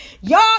Y'all